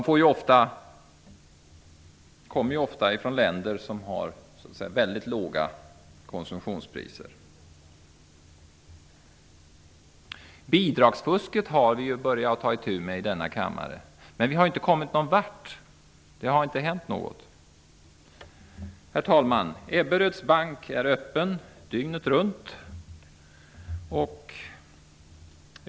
Människorna kommer ju ofta från länder som har väldigt låga konsumtionspriser. Bidragsfusket har vi börjat ta itu med i denna kammare, men vi har inte kommit någon vart. Det har inte hänt något. Herr talman! Ebberöds bank är öppen dygnet runt.